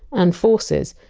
and forces,